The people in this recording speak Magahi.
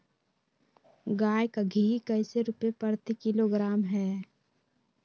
गाय का घी कैसे रुपए प्रति किलोग्राम है?